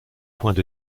points